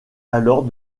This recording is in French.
alors